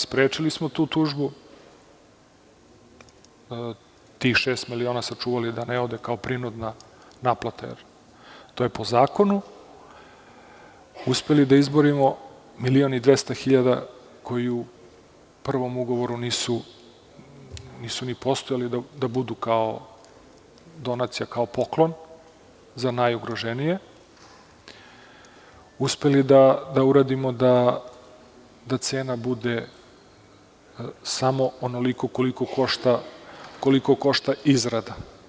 Sprečili smo tu tužbu, tih šest miliona sačuvali da ne ode kao prinudna naplata, jer to je po zakonu, uspeli da izborimo milion i 200.000 koji u prvom ugovoru nisu ni postojali da budu kao donacija, kao poklon za najugroženije, uspeli da uradimo da cena bude samo onoliko koliko košta izrada.